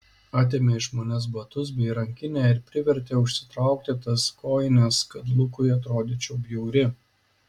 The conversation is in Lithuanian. atėmė iš manęs batus bei rankinę ir privertė užsitraukti tas kojines kad lukui atrodyčiau bjauri